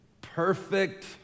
perfect